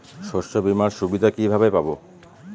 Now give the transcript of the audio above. শস্যবিমার সুবিধা কিভাবে পাবো?